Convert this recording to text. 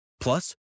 Plus